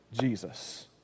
Jesus